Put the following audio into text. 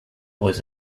was